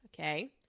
Okay